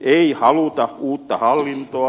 ei haluta uutta hallintoa